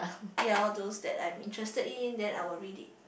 ya all those that I'm interested in then I will read it